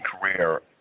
career